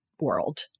world